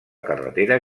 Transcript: carretera